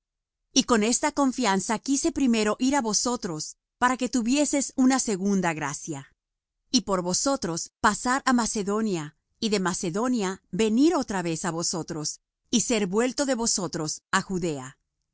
y con esta confianza quise primero ir á vosotros para que tuvieseis una segunda gracia y por vosotros pasar á macedonia y de macedonia venir otra vez á vosotros y ser vuelto de vosotros á judea